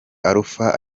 alpha